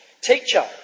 Teacher